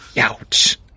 Ouch